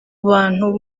bantu